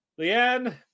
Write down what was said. Leanne